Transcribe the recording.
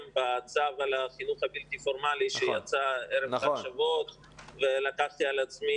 בצו על החינוך הבלתי פורמלי שיצא ערב חג השבועות ולקחתי על עצמי,